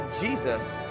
Jesus